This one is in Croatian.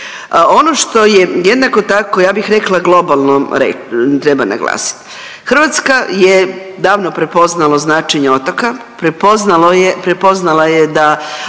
Ono što je jednako tako ja bih rekla globalno treba naglasit, Hrvatska je davno prepoznala značenje otoka, prepoznala je da